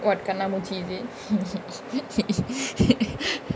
what kannaampoochi is it